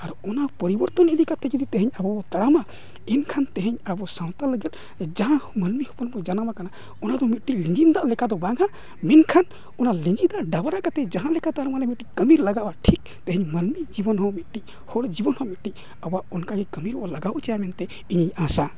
ᱟᱨ ᱚᱱᱟ ᱯᱚᱨᱤᱵᱚᱨᱛᱚᱱ ᱤᱫᱤ ᱠᱟᱛᱮᱫ ᱡᱩᱫᱤ ᱛᱮᱦᱮᱧ ᱟᱵᱚ ᱵᱚᱱ ᱛᱟᱲᱟᱢᱟ ᱮᱱᱠᱷᱟᱱ ᱛᱮᱦᱮᱧ ᱟᱵᱚ ᱥᱟᱶᱛᱟ ᱞᱟᱹᱜᱤᱫ ᱡᱟᱦᱟᱸ ᱢᱟᱹᱱᱢᱤ ᱦᱚᱯᱚᱱ ᱠᱚ ᱡᱟᱱᱟᱢ ᱠᱟᱱᱟ ᱚᱱᱟ ᱫᱚ ᱢᱤᱫᱴᱤᱡ ᱞᱤᱸᱜᱤᱱ ᱫᱟᱜ ᱞᱮᱠᱟᱫᱚ ᱵᱟᱝᱟ ᱢᱮᱱᱠᱷᱟᱱ ᱚᱱᱟ ᱞᱤᱸᱜᱤ ᱫᱟᱜ ᱰᱟᱵᱽᱨᱟ ᱠᱟᱛᱮᱫ ᱡᱟᱦᱟᱸ ᱞᱮᱠᱟ ᱛᱟᱨᱢᱟᱱᱮ ᱢᱤᱫᱴᱤᱡ ᱠᱟᱹᱢᱤᱨᱮ ᱞᱟᱜᱟᱜᱼᱟ ᱴᱷᱤᱠ ᱛᱮᱦᱮᱧ ᱢᱟᱹᱱᱢᱤ ᱡᱤᱵᱚᱱ ᱦᱚᱸ ᱢᱤᱫᱴᱤᱡ ᱦᱚᱲ ᱡᱤᱵᱚᱱ ᱦᱚᱸ ᱢᱤᱫᱴᱤᱡ ᱟᱵᱚᱣᱟᱜ ᱚᱱᱠᱟ ᱜᱮ ᱠᱟᱹᱢᱤ ᱨᱮᱵᱚᱱ ᱞᱟᱜᱟᱣ ᱦᱚᱪᱚᱭᱟ ᱢᱮᱱᱛᱮ ᱤᱧᱤᱧ ᱟᱥᱟ